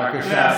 בבקשה, השר.